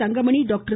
Thangamani doctor